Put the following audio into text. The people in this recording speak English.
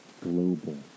global